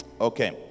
Okay